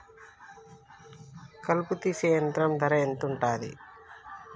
కలుపు తీసే యంత్రం ధర ఎంతుటది?